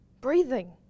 Breathing